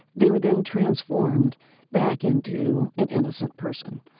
they were then transformed back into an innocent person.